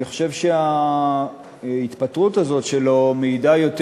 אני חושב שההתפטרות הזאת שלו מעידה יותר